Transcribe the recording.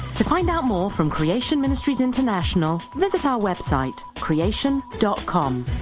to find out more from creation ministries international, visit our website creation dot com